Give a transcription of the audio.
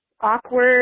awkward